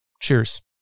Cheers